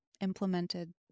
implemented